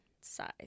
size